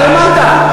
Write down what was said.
ולא האמנת.